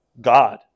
God